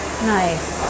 Nice